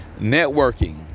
networking